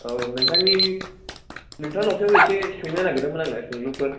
औ नोंथांनि नोंथांनावसो एसे सोंनो नागिरदोंमोन आं सोंलुफोर